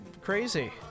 crazy